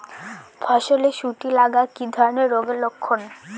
ফসলে শুটি লাগা কি ধরনের রোগের লক্ষণ?